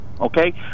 okay